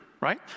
right